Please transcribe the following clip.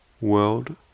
world